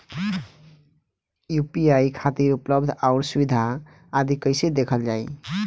UPI खातिर उपलब्ध आउर सुविधा आदि कइसे देखल जाइ?